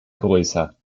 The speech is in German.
größer